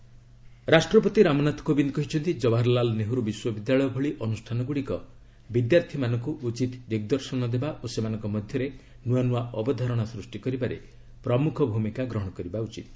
ପ୍ରେଜ୍ ଜେଏନ୍ୟୁ ରାଷ୍ଟ୍ରପତି ରାମନାଥ କୋବିନ୍ଦ କହିଛନ୍ତି ଜବାହାରଲାଲ ନେହରୁ ବିଶ୍ୱବିଦ୍ୟାଳୟ ଭଳି ଅନୁଷ୍ଠାନ ଗୁଡ଼ିକ ବିଦ୍ୟାର୍ଥୀମାନଙ୍କୁ ଉଚିତ୍ ଦିଗଦର୍ଶନ ଦେବା ଓ ସେମାନଙ୍କ ମଧ୍ୟରେ ନୂଆ ନୂଆ ଅବଧାରଣା ସୃଷ୍ଟି କରିବାରେ ପ୍ରମୁଖ ଭୂମିକା ଗ୍ରହଣ କରିବା ଉଚିତ୍